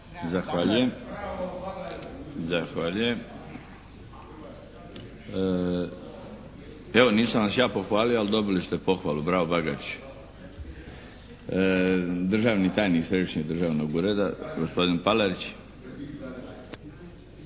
Darko (HDZ)** Zahvaljujem. Evo, nisam vas ja pohvalio ali dobili ste pohvalu "Bravo, Bagariću". Državni tajnik Središnjeg državnog ureda gospodin Palarić.